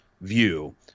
view